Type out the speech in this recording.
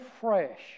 fresh